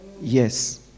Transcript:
yes